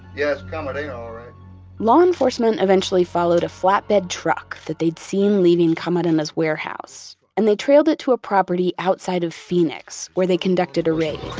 yeah, it's camarena all right law enforcement eventually followed a flatbed truck that they'd seen leaving camarena's warehouse, and they trailed it to a property outside of phoenix, where they conducted a raid,